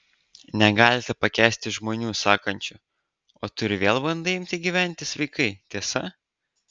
negalite pakęsti žmonių sakančių o tu ir vėl bandai imti gyventi sveikai tiesa